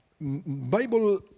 Bible